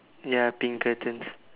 ya pink curtains